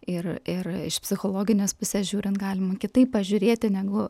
ir ir iš psichologinės pusės žiūrint galima kitaip pažiūrėti negu